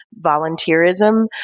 volunteerism